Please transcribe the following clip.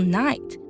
night